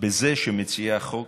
בזה שמציעי החוק